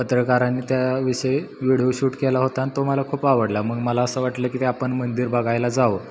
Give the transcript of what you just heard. पत्रकारांनी त्याविषयी video shoot केला होता आणि तो मला खूप आवडला मग मला असं वाटलं की ते आपण मंदिर बघायला जावं